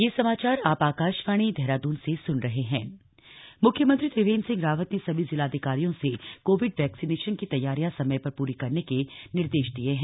Covid vaccination म्ख्यमंत्री त्रिवेन्द्र सिंह रावत ने सभी जिलाधिकारियों से कोविड वैक्सिनेशन की तैयारियां समय पर पूरी करने के निर्देश दिये हैं